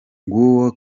nguwo